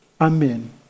Amen